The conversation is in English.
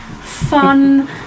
fun